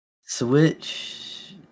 Switch